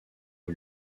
ont